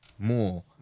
More